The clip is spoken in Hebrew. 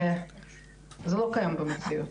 זה לא קיים במציאות.